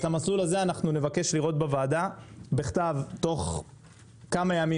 את המסלול הזה אנחנו נבקש לראות בוועדה בכתב תוך כמה ימים,